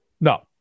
No